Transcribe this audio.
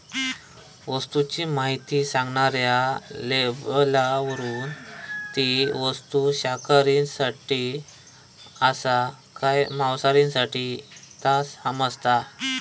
वस्तूची म्हायती सांगणाऱ्या लेबलावरून ती वस्तू शाकाहारींसाठी आसा काय मांसाहारींसाठी ता समाजता